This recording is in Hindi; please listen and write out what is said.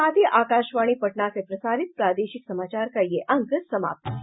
इसके साथ ही आकाशवाणी पटना से प्रसारित प्रादेशिक समाचार का ये अंक समाप्त हुआ